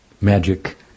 magic